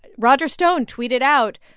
roger stone tweeted out,